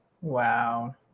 Wow